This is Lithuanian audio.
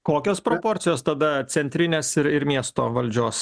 kokios proporcijos tada centrinės ir ir miesto valdžios